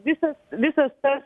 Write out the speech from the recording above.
visas visas tas